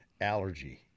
allergy